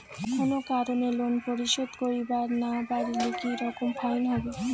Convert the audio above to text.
কোনো কারণে লোন পরিশোধ করিবার না পারিলে কি রকম ফাইন হবে?